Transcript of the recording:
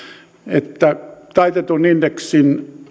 että taitetun indeksin